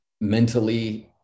mentally